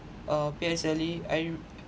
uh P_S_L_E I